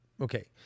Okay